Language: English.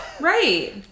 right